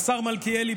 השר מלכיאלי,